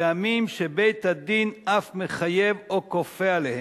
פעמים בית-הדין אף מחייב או כופה עליהם.